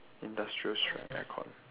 industrial strength aircon